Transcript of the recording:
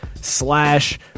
slash